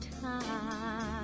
time